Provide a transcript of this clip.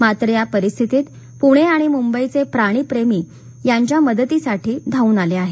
मात्र या परिस्थितीत पुणे आणि मुंबईचे प्राणीप्रेमी त्यांच्या मदतीसाठी धावून आले आहेत